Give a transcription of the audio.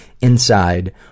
Inside